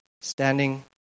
standing